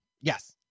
Yes